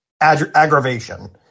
aggravation